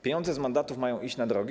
Pieniądze z mandatów mają iść na drogi.